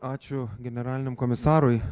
ačiū generaliniam komisarui